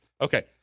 Okay